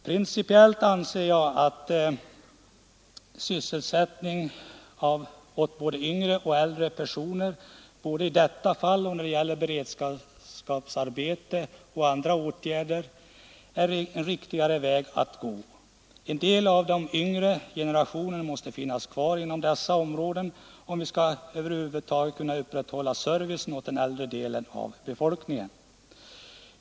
Principiellt anser jag att det är riktigare att ge sysselsättning åt både yngre och äldre personer såväl i detta fall som när det gäller beredskapsarbeten och andra åtgärder. En del av den yngre generationen måste finnas kvar inom dessa områden, om vi skall kunna upprätthålla servicen åt den äldre delen av befolkningen.